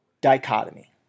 dichotomy